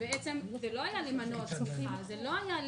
ובעצם זה לא היה למנוע צמיחה,